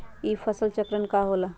ई फसल चक्रण का होला?